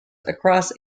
across